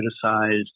criticized